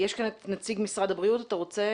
יש כאן את נציג משרד הבריאות, אתה רוצה?